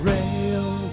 Rail